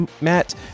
Matt